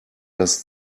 das